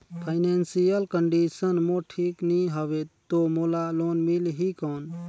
Financial condition मोर ठीक नी हवे तो मोला लोन मिल ही कौन??